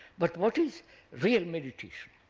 but what is real meditation?